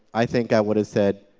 i think i would've said,